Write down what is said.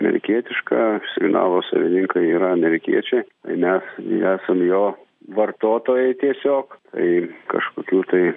amerikietiška signalo savininkai yra amerikiečiai tai mes esam jo vartotojai tiesiog tai kažkokių tai